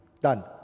done